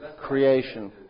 creation